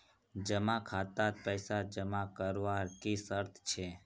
जमा खातात पैसा जमा करवार की शर्त छे?